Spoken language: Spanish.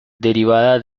derivada